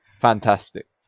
fantastic